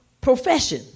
profession